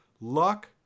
Luck